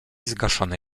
zgaszone